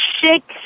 six